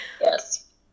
Yes